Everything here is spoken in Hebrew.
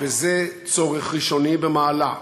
וזה צורך ראשוני במעלה,